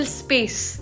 space